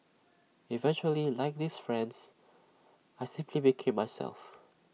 eventually like these friends I simply became myself